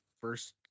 first